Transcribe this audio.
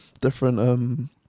different